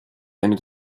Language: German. eine